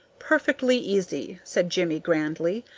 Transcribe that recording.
perfectly easy, said jimmie, grandly.